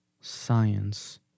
science